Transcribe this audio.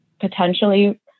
potentially